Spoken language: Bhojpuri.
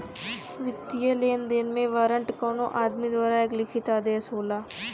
वित्तीय लेनदेन में वारंट कउनो आदमी द्वारा एक लिखित आदेश होला